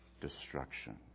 destruction